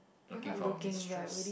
looking for a mistress